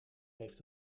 heeft